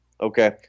Okay